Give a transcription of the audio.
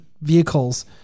vehicles